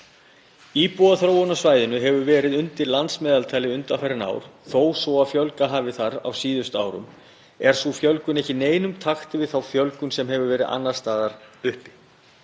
Íbúaþróun á svæðinu hefur verið undir landsmeðaltali undanfarin ár og þó svo að fjölgað hafi þar á síðustu árum er sú fjölgun ekki í neinum takti við þá fjölgun sem verið hefur annars staðar.